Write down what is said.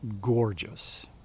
gorgeous